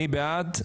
מי בעד?